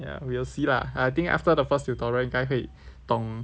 ya we'll see lah I think after the first tutorial 应该会懂